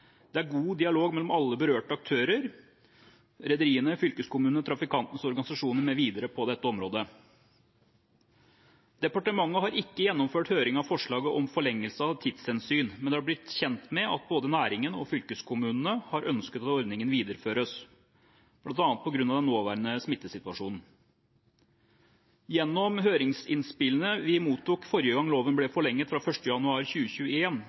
Det er god dialog mellom alle berørte aktører – rederiene, fylkeskommunene, trafikantenes organisasjoner mv. – på dette området. Departementet har ikke gjennomført høring av forslaget om forlengelse av tidshensyn, men har blitt kjent med at både næringen og fylkeskommunene har ønsket at ordningen videreføres, bl.a. på grunn av den nåværende smittesituasjonen. Gjennom høringsinnspillene vi mottok forrige gang loven ble forlenget, fra 1. januar